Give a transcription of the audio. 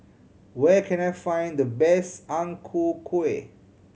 where can I find the best Ang Ku Kueh